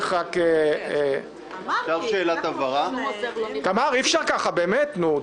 שאלה ראשונה,